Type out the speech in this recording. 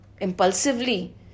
Impulsively